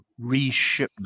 reshipment